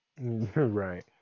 Right